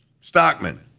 Stockman